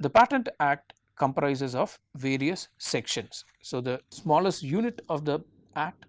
the patent act comprises of various sections. so, the smallest unit of the act